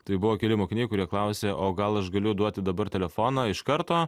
tai buvo keli mokiniai kurie klausė o gal aš galiu duoti dabar telefoną iš karto